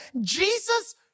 Jesus